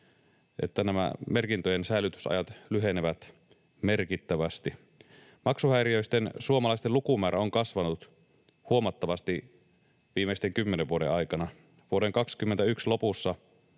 että merkintöjen säilytysajat lyhenevät merkittävästi. Maksuhäiriöisten suomalaisten lukumäärä on kasvanut huomattavasti viimeisten kymmenen vuoden aikana. Vuoden 2021 lopussa